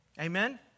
Amen